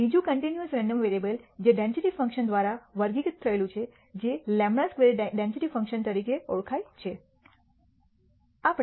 બીજું continuous random variable જે density function દ્વારા વર્ગીકૃત થયેલ છે જે χ સ્ક્વેર ડેન્સિટી ફંક્શન તરીકે ઓળખાય છે